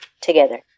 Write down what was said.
together